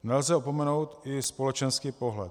Nelze opomenout i společenský pohled.